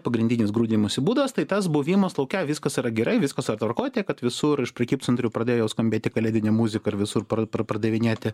pagrindinis grūdijimosi būdas tai tas buvimas lauke viskas yra gerai viskas yra tvarkoj tiek kad visur iš prekybcentrių pradėjo skambėti kalėdinė muzika ir visur par pardavinėti